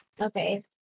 Okay